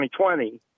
2020